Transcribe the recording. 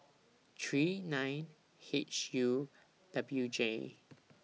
three nine H U W J